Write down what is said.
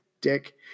dick